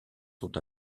sont